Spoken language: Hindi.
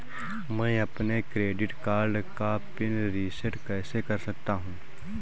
मैं अपने क्रेडिट कार्ड का पिन रिसेट कैसे कर सकता हूँ?